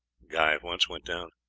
guy at once went down.